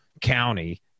county